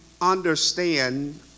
understand